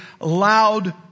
loud